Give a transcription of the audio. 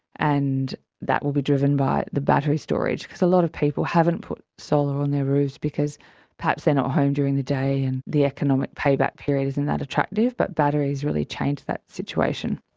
and that will be driven by the battery storage. because a lot of people haven't put solar on their roofs because perhaps they're not home during the day, and the economic payback period isn't that attractive, but batteries really change that situation.